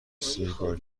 سیگار